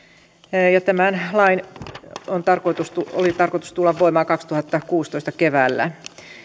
tämän lain oli tarkoitus tulla voimaan kaksituhattakuusitoista keväällä